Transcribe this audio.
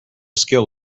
skill